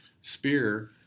Spear